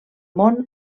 món